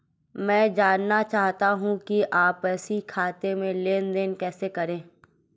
मैं जानना चाहूँगा कि आपसी खाते में लेनदेन कैसे करें?